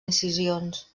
incisions